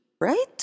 right